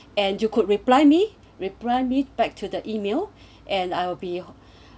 and you could reply me reply me back to the email and I will be